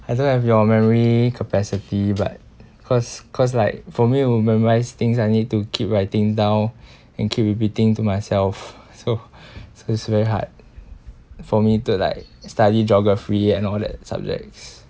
I don't have your memory capacity but cause cause like for me I would memorise things I need to keep writing down and keep repeating to myself so so it's very hard for me to like study geography and all that subjects